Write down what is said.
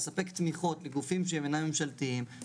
המטרה של הרצפה היא לשמור על יציבות פיננסית של בית חולים.